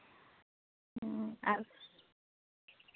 ᱚᱻ ᱟᱨ